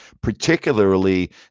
particularly